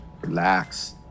Relax